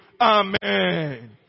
Amen